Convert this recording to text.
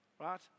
right